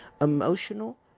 emotional